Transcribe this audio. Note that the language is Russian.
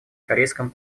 корейском